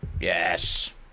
yes